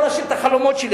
בוא נשאיר את החלומות שלי,